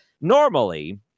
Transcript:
Normally